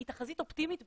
היא תחזית אופטימית בטירוף,